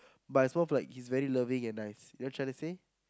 but it's more like he's very loving and nice you know what I'm trying to say